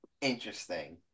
Interesting